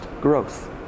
growth